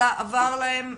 אלא המחלה עברה להם,